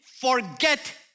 forget